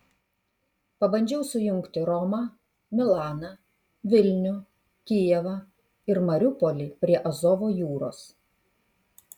pabandžiau sujungti romą milaną vilnių kijevą ir mariupolį prie azovo jūros